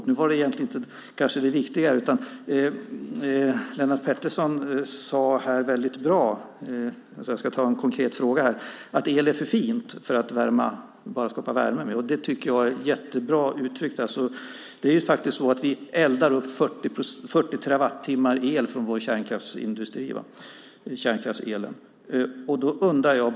Men nu var det kanske inte det viktigaste. Lennart Pettersson sade mycket bra att el är för fint för att bara skapa värme med. Det är jättebra uttryckt. Det är alltså så att vi eldar upp 40 terawattimmar av vår kärnkraftsel.